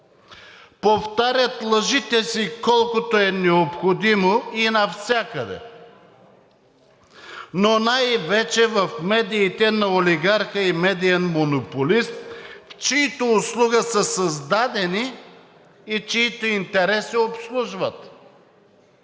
повтарят лъжите си колкото е необходимо и навсякъде, но най-вече в медиите на олигарха и медиен монополист, в чиято услуга са създадени и чиито интереси обслужват,